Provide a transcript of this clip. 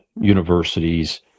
universities